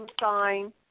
sign